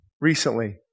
recently